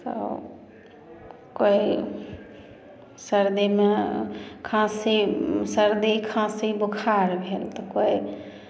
तऽ कोइ सर्दीमे खाँसी सर्दी खाँसी बुखार भेल तऽ कोइ